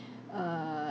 err